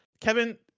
kevin